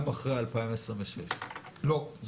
גם אחרי 2026. לא,